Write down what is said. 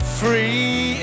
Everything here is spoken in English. free